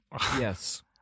yes